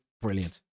brilliant